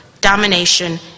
domination